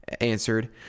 answered